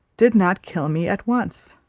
did not kill me at once.